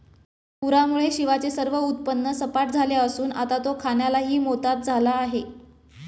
पूरामुळे शिवाचे सर्व उत्पन्न सपाट झाले असून आता तो खाण्यालाही मोताद झाला आहे